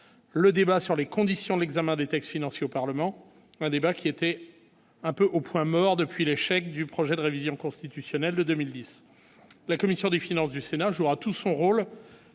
le débat sur les conditions de l'examen des textes financiers au Parlement un débat qui était un peu au point mort depuis l'échec du projet de révision constitutionnelle de 2010, la commission des finances du Sénat jouera tout son rôle